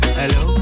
hello